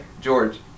George